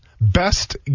best